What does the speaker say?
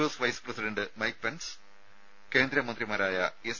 S vice president Mike Pence കേന്ദ്രമന്ത്രിമാരായ S